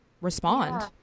respond